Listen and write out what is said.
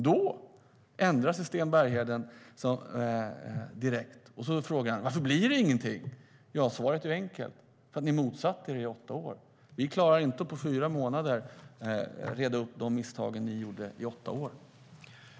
Då ändrar sig Sten Bergheden direkt och frågar: Varför blir det ingenting? Svaret är enkelt: För att ni motsatte er det i åtta år. Vi klarar inte att på fyra månader reda upp de misstag ni gjorde i åtta år.